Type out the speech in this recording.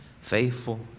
Faithful